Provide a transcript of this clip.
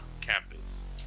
campus